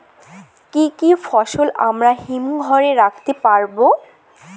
কি কি ফসল আমরা হিমঘর এ রাখতে পারব?